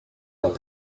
their